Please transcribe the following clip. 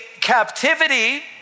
captivity